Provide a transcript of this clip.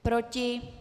Proti?